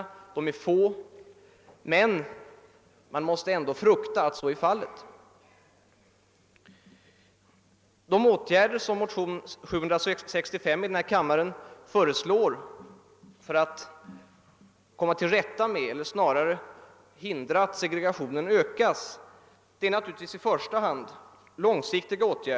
De åtgärder som föreslås i motionen II: 765 för att hindra att segregationen ökas är i första hand långsiktiga.